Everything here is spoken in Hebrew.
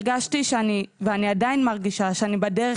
הרגשתי ואני עדיין מרגישה שאני בדרך